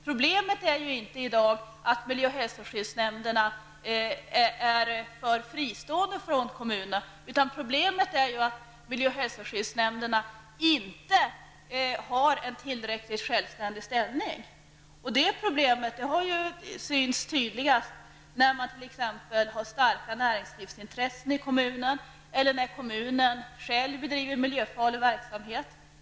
Problemet är i dag inte att miljö och hälsoskyddsnämnderna är för fristående från kommunerna, utan problemet är att miljö och hälsoskyddsnämnderna inte har en tillräckligt självständig ställning. Det problemet har varit tydligast när man haft starka näringslivsintressen i kommunen eller när kommunen själv bedrivit miljöfarlig verksamhet.